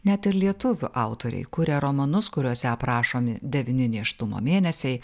net ir lietuvių autoriai kuria romanus kuriuose aprašomi devyni nėštumo mėnesiai